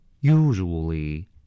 usually